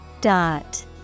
Dot